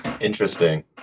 Interesting